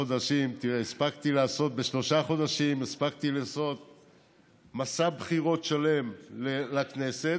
הספקתי לעשות בשלושה חודשים מסע בחירות שלם לכנסת.